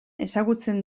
ezagutzen